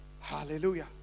Hallelujah